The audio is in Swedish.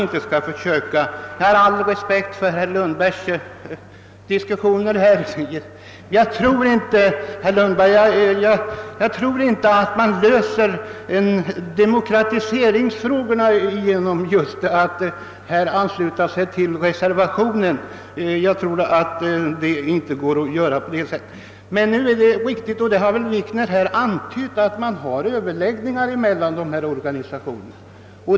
Med all respekt för herr Lundbergs resonemang vill jag ändå säga att jag inte tror att man löser demokratiseringsproblemen genom att ansluta sig till reservationen. Det är emellertid riktigt — det har väl herr Wikner också antytt — att det förekommer överläggningar mellan dessa organisationer.